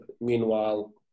Meanwhile